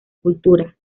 culturas